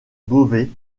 beauvais